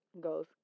Goes